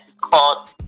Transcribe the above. called